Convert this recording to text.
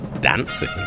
dancing